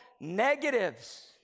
negatives